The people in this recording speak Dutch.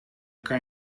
kan